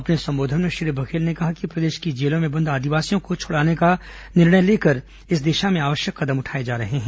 अपने संबोधन में श्री बघेल ने कहा कि प्रदेश की जेलों में बंद आदिवासियों को छुड़ाने का निर्णय लेकर इस दिशा में आवश्यक कदम उठाए जा रहे हैं